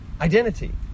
identity